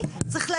התייחסויות.